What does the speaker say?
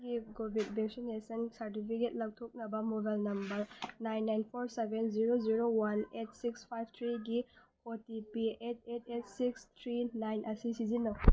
ꯑꯩꯒꯤ ꯀꯣꯕꯤꯗ vaccination certificate ꯂꯧꯊꯣꯛꯅꯕ mobile number nine nine four seven zero zero one eight six five ꯊ꯭ꯔꯤꯒꯤ O T P eight eight eight six three nine ꯑꯁꯤ ꯁꯤꯖꯤꯟꯅꯩ